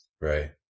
Right